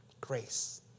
grace